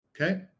Okay